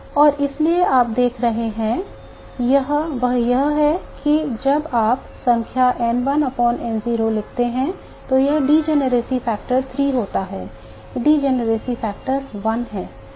और इसलिए आप जो देख रहे हैं वह यह है कि जब आप संख्या N1 N0 लिखते हैं तो यहां डिजनरेसी फैक्टर 3 होता है डिजनरेसी फैक्टर 1 है